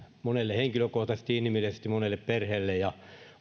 monelle henkilökohtaisesti ja inhimillisesti monelle perheelle ja